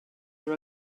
are